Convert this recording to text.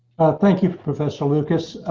well, thank you, professor lucas.